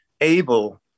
able